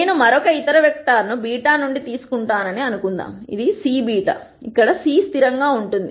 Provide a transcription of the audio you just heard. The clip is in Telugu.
నేను మరొక ఇతర వెక్టర్ ను β నుండి తీసుకుంటానని అనుకుందాం ఇది C β ఇక్కడ C స్థిరం గా ఉంటుంది